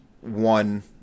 one